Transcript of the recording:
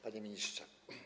Panie Ministrze!